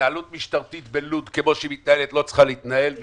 ההתנהלות המשטרתית בלוד לא צריכה להתנהל כפי שהיא מתנהלת,